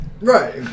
Right